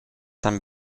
tan